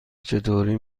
چطوری